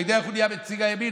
אתה יודע איך הוא נהיה נציג הימין?